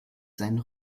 seinen